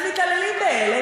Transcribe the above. אז מתעללים באלה,